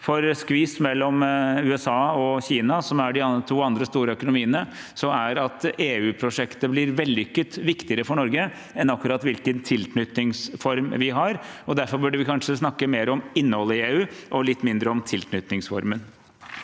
I skvis mellom USA og Kina, som er de to andre store økonomiene, er det viktigere for Norge at EU-prosjektet blir vellykket, enn akkurat hvilken tilknytningsform vi har. Derfor burde vi kanskje snakke mer om innholdet i EU og litt mindre om tilknytningsformen.